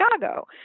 Chicago